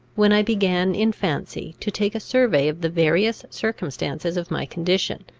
when i began in fancy to take a survey of the various circumstances of my condition,